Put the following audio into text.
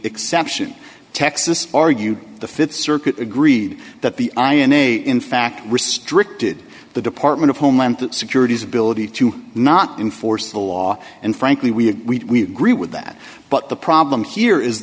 exception texas argued the th circuit agreed that the i n a in fact restricted the department of homeland security's ability to not enforce the law and frankly we agree with that but the problem here is